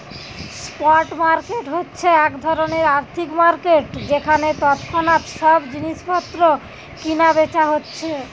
spot market হচ্ছে এক ধরণের আর্থিক মার্কেট যেখানে তৎক্ষণাৎ সব জিনিস পত্র কিনা বেচা হচ্ছে